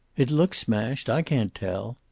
it looks smashed. i can't tell.